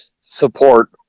support